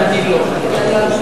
"ואני לא".